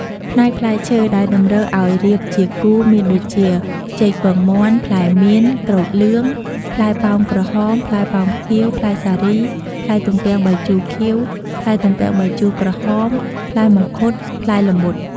ផ្នែកផ្លែឈើ ដែលតម្រូវអោយរៀបជាគូមានដូចជា ចេកពងមាន់ ផ្លែមៀន ក្រូចលឿង ផ្លែប៉ោមក្រហម ផ្លែប៉ោមខៀវ ផ្លែសារី ផ្លែទំពាំងបាយជូរខៀវ ផ្លែទំពាំងបាយជូរក្រហម ផ្លែមង្ឃុត ផ្លែល្មុត...។